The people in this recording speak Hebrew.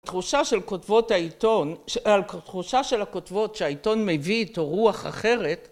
תחושה של כותבות העיתון, על תחושה של הכותבות שהעיתון מביא איתו רוח אחרת